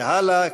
והלאה,